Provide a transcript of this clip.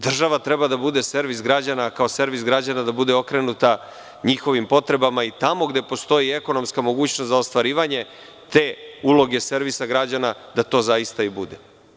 Država treba da bude servis građana, kao servis građana da bude okrenuta njihovim potrebama i tamo gde postoji ekonomska mogućnost za ostvarivanje te uloge servisa građana da to zaista i bude.